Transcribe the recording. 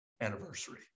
anniversary